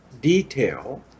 detail